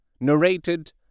Narrated